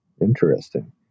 interesting